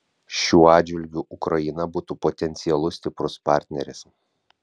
šiuo atžvilgiu ukraina būtų potencialus stiprus partneris